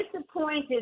disappointed